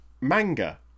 manga